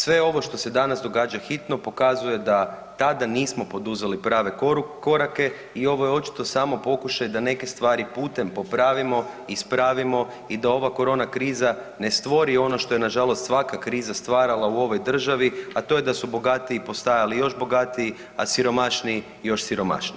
Sve ovo što se danas događa hitno pokazuje da tada nismo poduzeli prave korake i ovo je očito samo pokušaj da neke stvari putem popravimo, ispravimo i da ova korona kriza ne stvori ono što je nažalost svaka kriza stvarala u ovoj državi, a to je da su bogatiji postajali još bogatiji, a siromašniji još siromašniji.